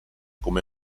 come